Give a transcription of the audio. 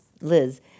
Liz